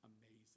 Amazing